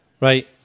Right